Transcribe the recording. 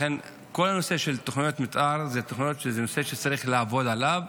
לכן כל הנושא של תוכניות מתאר זה נושא שצריך לעבוד עליו.